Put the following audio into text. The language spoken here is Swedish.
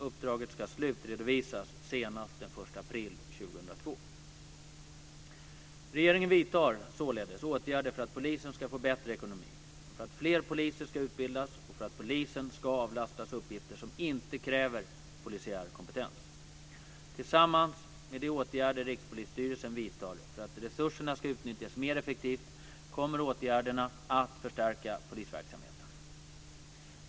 Uppdraget ska slutredovisas senast den Regeringen vidtar således åtgärder för att polisen ska få bättre ekonomi, för att fler poliser ska utbildas och för att polisen ska avlastas uppgifter som inte kräver polisiär kompetens. Tillsammans med de åtgärder Rikspolisstyrelsen vidtar för att resurserna skall utnyttjas mer effektivt kommer åtgärderna att förstärka polisverksamheten.